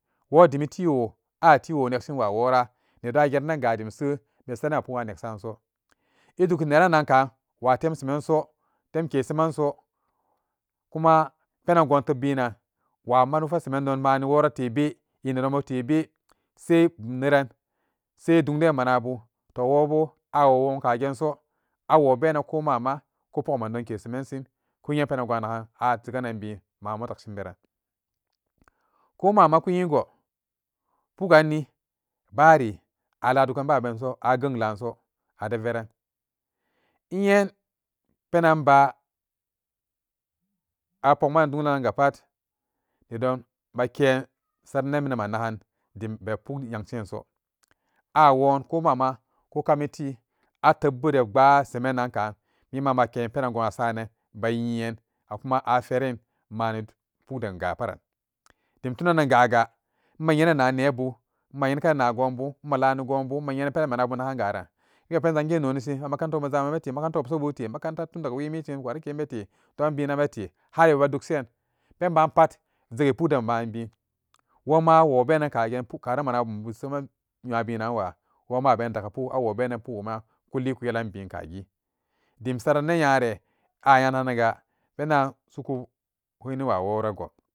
Wodimitewo atewonakshin wayora nedonm ageranga demse be saranan a pukgan nek shin so izugi neranan ka watem sheman so temke sheman so kumapenan gon keb benan wamanura sheman donm tebe inode sai donlinmana bu awobenan komama ko pukge mandon ke shemanshin ko nyepe nan manmutali shin beran komigma kun nye go pukganni bari aladugan a benso aganlaso nenbenanba abukgan donvanan ga pat nedonke saranan mincan anagan dembe puk nyanshin so awon komama ku kamite atebbo depbaa semeennan kan mimanan akepenan gounasa meen akuma ashiren demtunan an gagar imma nyenenan nebu immalanne gonbu imma nyannan penan manakbun garan napen zangen nonishin naba makaranta sammanbete makaranta wabsabute wariken bete har ibebadok shen gepukden maben kuma awoben nan kagen kaden mallabunbu semen mabinnan wa worama awobenan abeni dakka pukwo ma demsa saran nyara awyana ganega penan.